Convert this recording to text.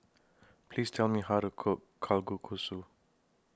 Please Tell Me How to Cook Kalguksu